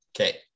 Okay